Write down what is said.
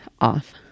off